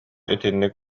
итинник